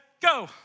go